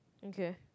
okay